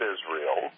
Israel